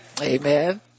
Amen